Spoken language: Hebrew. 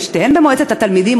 ששתיהן במועצת התלמידים,